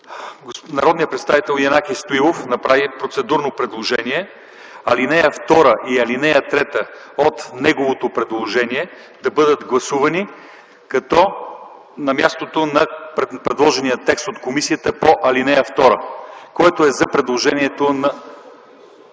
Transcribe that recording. Народният представител Янаки Стоилов направи процедурно предложение ал. 2 и ал. 3 от неговото предложение да бъдат гласувани на мястото на предложения текст от комисията по ал. 2. Който е за предложението ...